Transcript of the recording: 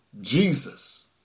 Jesus